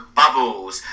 bubbles